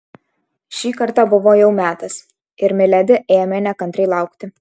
šį kartą buvo jau metas ir miledi ėmė nekantriai laukti